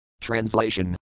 Translation